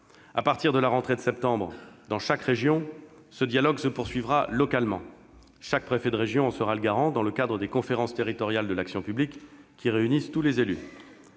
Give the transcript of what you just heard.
À partir de la rentrée de septembre, dans chaque région, ce dialogue se poursuivra localement. Chaque préfet de région en sera le garant, dans le cadre des conférences territoriales de l'action publique, qui réunissent tous les élus.